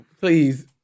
please